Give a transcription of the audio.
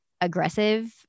aggressive